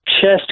chest